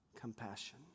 compassion